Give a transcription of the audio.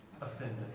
offended